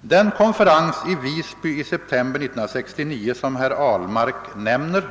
Den konferens i Visby i september 1969, som herr Ahlmark nämner,